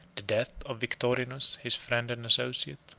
the death of victorinus, his friend and associate,